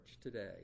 today